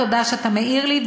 תודה שאתה מעיר לי,